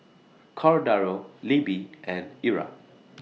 Cordaro Libbie and Ira